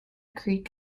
creek